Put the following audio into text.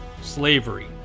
Slavery